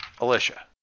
Alicia